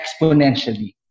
exponentially